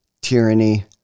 tyranny